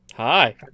hi